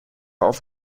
auf